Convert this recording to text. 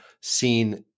seen